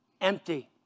Empty